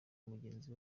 mugenzi